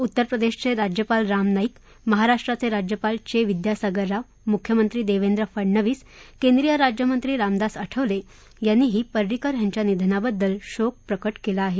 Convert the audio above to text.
उत्तरप्रदेशचे राज्यपाल राम नाईक महाराष्ट्राचे राज्यपाल चे विद्यासागर राव मुख्यमंत्री देवेंद्र फडणवीस केंद्रीय राज्यमंत्री रामदास आठवले यांनीही परिंकर यांच्या निधनाबद्दल शोक प्रकट केला आहे